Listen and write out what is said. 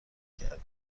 کردیم